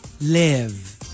live